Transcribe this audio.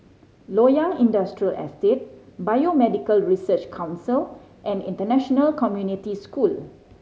Loyang Industrial Estate Biomedical Research Council and International Community School